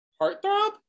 heartthrob